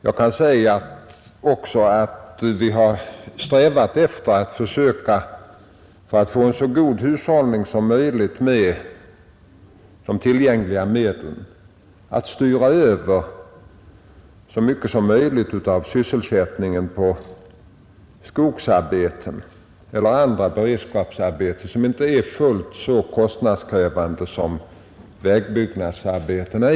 Jag kan också nämna att vi har strävat efter att försöka, för att få en så god hushållning som möjligt med de tillgängliga medlen, styra över så mycket som möjligt av sysselsättningen på skogsarbeten eller andra beredskapsarbeten, som inte är fullt så kostnadskrävande som vägbyggnadsarbetena.